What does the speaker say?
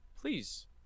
Please